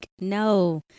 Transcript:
no